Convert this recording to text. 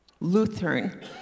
Lutheran